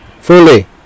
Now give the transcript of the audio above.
Fully